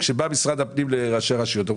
כאשר בא משרד הפנים לראשי הרשויות,